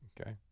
Okay